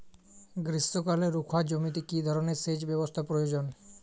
গ্রীষ্মকালে রুখা জমিতে কি ধরনের সেচ ব্যবস্থা প্রয়োজন?